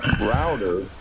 router